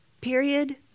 period